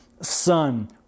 son